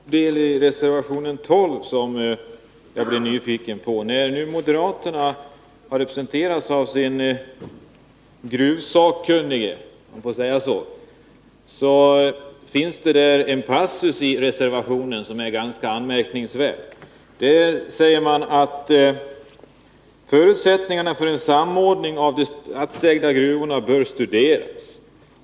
Fru talman! Det är bara ett kort stycke i reservation 12 som jag blir nyfiken på, när nu moderaterna har representerats av sin gruvsakkunnige, om jag får säga så. Det finns en passus i reservationen som är ganska anmärkningsvärd. Där säger man: ”Förutsättningarna för en samordning av de statsägda gruvorna bör också studeras.